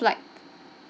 flight